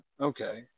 Okay